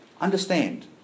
Understand